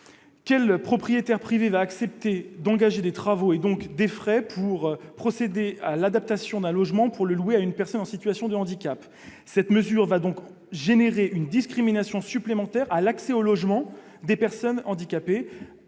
le propriétaire privé qui va accepter d'engager des travaux, et donc des frais, pour procéder à l'adaptation d'un logement afin de le louer à une personne en situation de handicap ? Cette mesure risque d'entraîner une discrimination supplémentaire pour l'accès au logement des personnes handicapées.